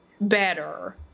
better